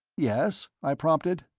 yes? i prompted.